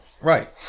Right